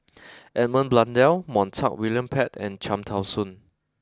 Edmund Blundell Montague William Pett and Cham Tao Soon